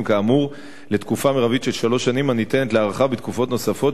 כאמור לתקופה מרבית של שלוש שנים הניתנת להארכה בתקופות נוספות,